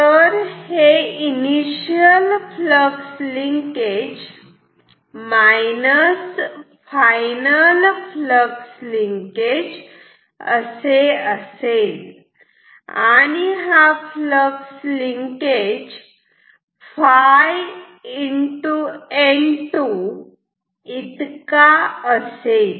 तर हे initial flux linkage final flux linkage असे असेल आणि हा फ्लक्स लिंकेज ɸ N2 इतका असेल